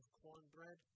cornbread